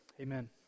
Amen